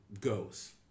goes